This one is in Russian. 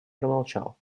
промолчал